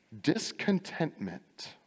discontentment